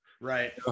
Right